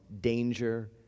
danger